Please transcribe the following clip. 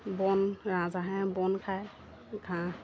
বন ৰাজাহাঁহে বন খায় ঘাঁহ